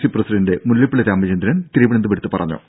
C president Mullappally Ramachandran തിരുവനന്തപുരത്ത് പറഞ്ഞു